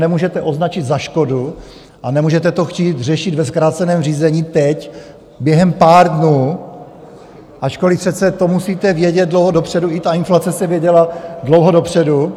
To nemůžete označit za škodu a nemůžete to chtít řešit ve zkráceném řízení teď během pár dnů, ačkoliv přece to musíte vědět dlouho dopředu, i ta inflace se věděla dlouho dopředu.